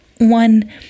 one